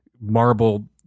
marble